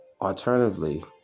Alternatively